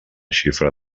xifra